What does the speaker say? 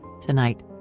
tonight